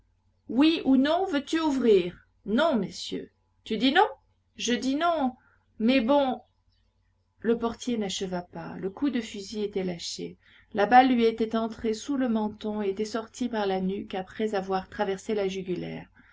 oui ou non veux-tu ouvrir non messieurs tu dis non je dis non mes bons le portier n'acheva pas le coup de fusil était lâché la balle lui était entrée sous le menton et était sortie par la nuque après avoir traversé la jugulaire